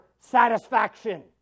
satisfaction